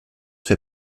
fait